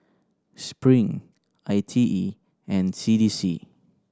Spring I T E and C D C